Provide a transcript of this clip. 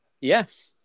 Yes